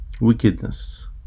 wickedness